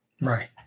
Right